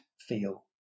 feel